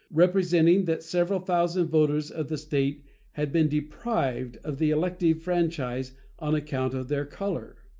representing that several thousand voters of the state had been deprived of the elective franchise on account of their color,